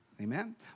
Amen